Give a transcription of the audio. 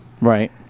right